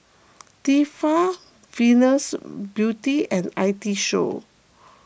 Tefal Venus Beauty and I T Show